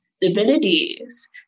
divinities